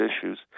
issues